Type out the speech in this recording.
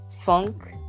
Funk